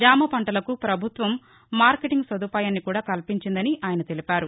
జామ పంటలకు ప్రభుత్వం మార్కెటింగ్ సదుపాయాన్ని కూడా కల్పించిందని ఆయన తెలిపారు